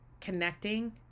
connecting